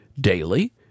daily